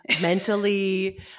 mentally